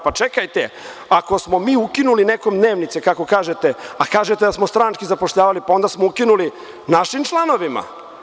Pa čekajte, ako smo mi ukinuli nekom dnevnice, kako kažete, a kažete da smo stranački zapošljavali, pa onda smo ukinuli našim članovima.